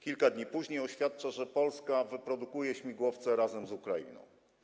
Kilka dni później oświadcza, że Polska wyprodukuje śmigłowce razem z Ukrainą.